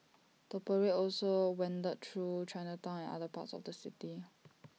the parade also wended through Chinatown and other parts of the city